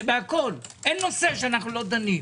אין נושא שאנחנו לא דנים.